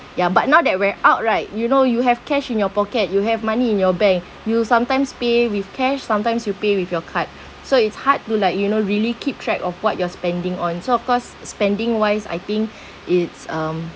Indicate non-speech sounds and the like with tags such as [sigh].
ya but now that we're out right you know you have cash in your pocket you have money in your bank you sometimes pay with cash sometimes you pay with your card so it's hard to like you know really keep track of what you're spending on so of course spending wise I think [breath] it's um